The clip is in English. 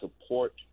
support